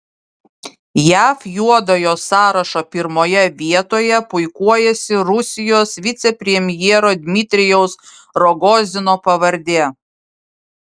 jav juodojo sąrašo pirmoje vietoje puikuojasi rusijos vicepremjero dmitrijaus rogozino pavardė